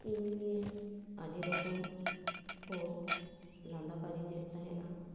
ᱤᱧ ᱱᱤᱭᱮ ᱟᱹᱰᱤ ᱨᱚᱠᱚᱢ ᱠᱚ ᱞᱟᱸᱫᱟ ᱵᱟᱹᱲᱤᱡᱮᱫ ᱛᱮᱦᱮᱸᱱᱟ